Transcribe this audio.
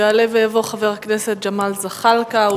יעלה ויבוא חבר הכנסת ג'מאל זחאלקה.